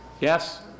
Yes